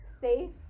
safe